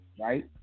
Right